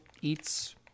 Eats